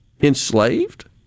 enslaved